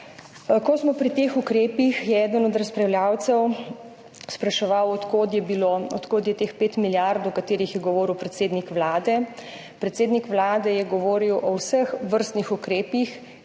Ko smo pri teh ukrepih, je eden od razpravljavcev spraševal, od kod je teh 5 milijard, o katerih je govoril predsednik Vlade. Predsednik Vlade je govoril o vseh vrstah ukrepov,